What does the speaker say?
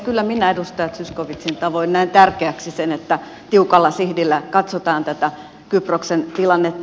kyllä minä edustaja zyskowiczin tavoin näen tärkeäksi sen että tiukalla sihdillä katsotaan tätä kyproksen tilannetta